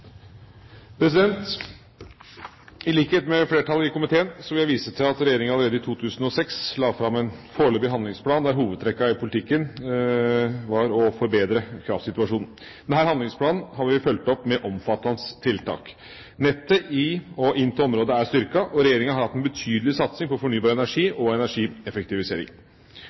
gjennomført. I likhet med flertallet i komiteen vil jeg vise til at regjeringa allerede i 2006 la fram en foreløpig handlingsplan, der hovedtrekkene i politikken var å forbedre kraftsituasjonen. Denne handlingsplanen har vi fulgt opp med omfattende tiltak. Nettet i og inn til området er styrket, og regjeringa har hatt en betydelig satsing på fornybar energi og energieffektivisering.